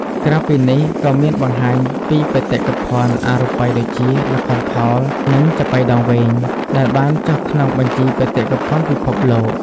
ក្រៅពីនេះ ក៏មានបង្ហាញពីបេតិកភណ្ឌអរូបីដូចជា ល្ខោនខោល និងចាប៉ីដងវែង ដែលបានចុះក្នុងបញ្ជីបេតិកភណ្ឌពិភពលោក។